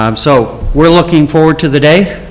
um so we are looking forward to the day.